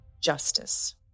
justice